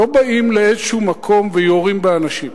לא באים למקום כלשהו ויורים באנשים.